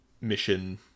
mission